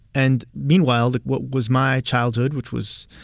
and meanwhile, what was my childhood, which was,